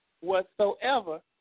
Whatsoever